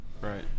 Right